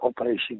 operation